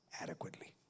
adequately